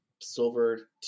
silver